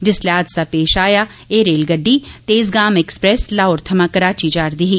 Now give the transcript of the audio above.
जिसलै हादसा पेश आया एह रेलगड़डी तेजग्राम एक्सप्रेस लाहौर थमां कराची जा'रदी ही